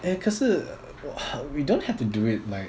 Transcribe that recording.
eh 可是 we don't have to do it like